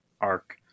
arc